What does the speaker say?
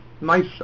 nice